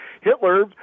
Hitler